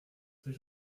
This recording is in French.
c’est